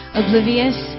oblivious